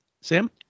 Sam